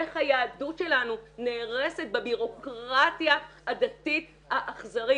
איך היהדות שלנו נהרסת בבירוקרטיה הדתית האכזרית.